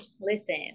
listen